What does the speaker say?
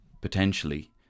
potentially